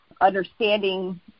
understanding